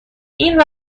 این